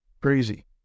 crazy